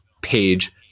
page